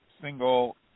single